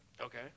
Okay